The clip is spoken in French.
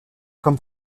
comme